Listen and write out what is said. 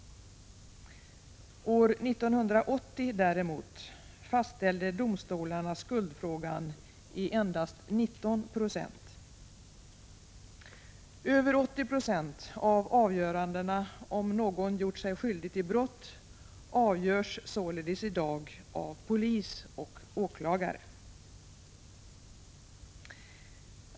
År 1980 däremot fastställde domstolarna skuldfrågan i endast 19 92 av fallen. I dag är det således polis och åklagare som i över 80 96 av fallen avgör om någon gjort sig skyldig till brott.